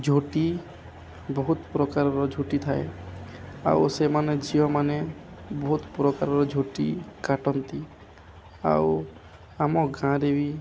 ଝୋଟି ବହୁତ ପ୍ରକାରର ଝୋଟି ଥାଏ ଆଉ ସେମାନେ ଝିଅମାନେ ବହୁତ ପ୍ରକାରର ଝୋଟି କାଟନ୍ତି ଆଉ ଆମ ଗାଁ'ରେ ବି